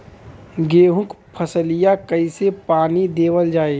गेहूँक फसलिया कईसे पानी देवल जाई?